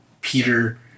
Peter